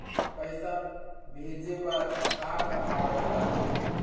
पैसा भेजे बर का का कागज लगही?